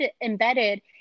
embedded